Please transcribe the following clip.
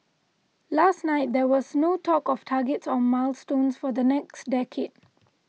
last night there was no talk of targets on milestones for the next decade